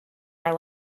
our